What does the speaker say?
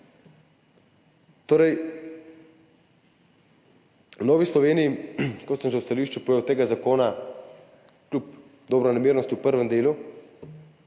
V Novi Sloveniji, kot sem že v stališču povedal, tega zakona kljub dobronamernosti v prvem delu,